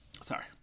Sorry